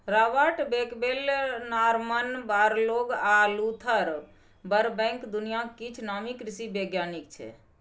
Robert Bakewell, Norman Borlaug आ Luther Burbank दुनियाक किछ नामी कृषि बैज्ञानिक छै